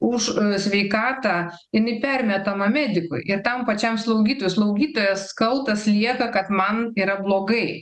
už sveikatą jinai permetama medikui ir tam pačiam slaugytojui slaugytojas kaltas lieka kad man yra blogai